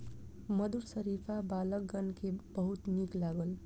मधुर शरीफा बालकगण के बहुत नीक लागल